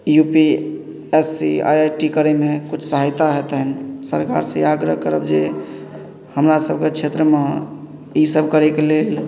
U P S C I I T करैमे किछु सहायता हेतैन सरकार से आग्रह करब जे हमरा सभके क्षेत्रमे ई सभ करैके लेल